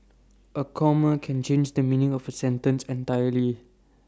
A comma can change the meaning of A sentence entirely